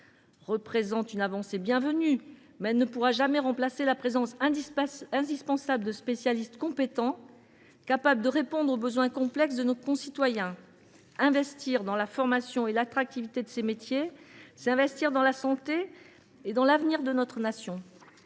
représente une avancée bienvenue, mais cela ne pourra jamais remplacer la présence, indispensable, de spécialistes compétents, capables de répondre aux besoins complexes de nos concitoyens. Investir dans la formation et l’attractivité de ces métiers, c’est investir dans la santé et l’avenir de notre nation.